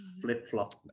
flip-flop